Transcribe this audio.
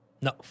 No